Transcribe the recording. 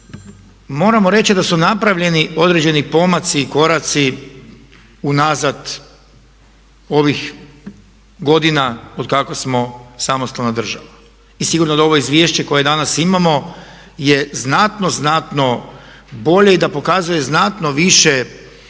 moramo reći da su napravljeni određeni pomaci i koraci unazad ovih godina otkako smo samostalna država. I sigurno da ovo izvješće koje danas imamo je znatno, znatno bolje i da pokazuje znatno više dobrih